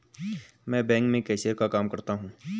मैं बैंक में कैशियर का काम करता हूं